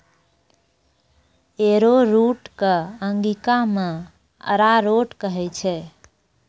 arrowroot कॅ अंगिका मॅ अरारोट कहै छै